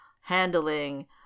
handling